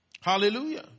Hallelujah